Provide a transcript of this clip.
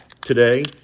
today